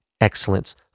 excellence